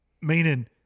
meaning